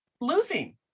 losing